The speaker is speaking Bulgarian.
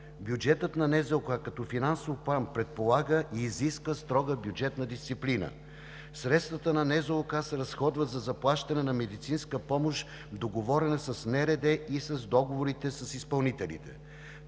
Бюджетът на НЗОК като финансов план предполага и изисква строга бюджетна дисциплина. Средствата на НЗОК се разходват за заплащане на медицинска помощ, договорена с Националния рамков договор и с договорите с изпълнителите.